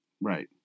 Right